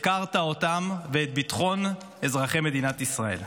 הפקרת אותם ואת ביטחון אזרחי מדינת ישראל.